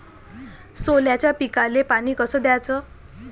सोल्याच्या पिकाले पानी कस द्याचं?